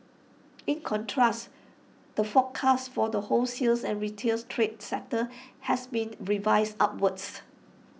in contrast the forecast for the wholesales and retails trade sector has been revised upwards